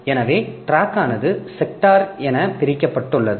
எனவே டிராக்கானது செக்டார் என பிரிக்கப்பட்டுள்ளது